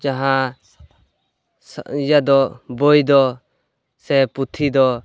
ᱡᱟᱦᱟᱸ ᱥᱟ ᱤᱭᱟᱫᱚ ᱵᱳᱭᱫᱚ ᱥᱮ ᱯᱩᱛᱷᱤ ᱫᱚ